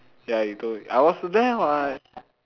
ya you told me I was there what